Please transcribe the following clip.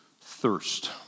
thirst